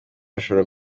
ashobora